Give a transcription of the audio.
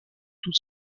tout